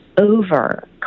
over